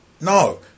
no